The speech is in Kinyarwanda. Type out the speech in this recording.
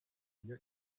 iyo